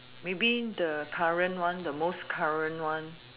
maybe the current one the most current one